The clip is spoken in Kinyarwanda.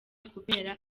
kubera